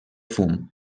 fum